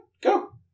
Go